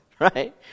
right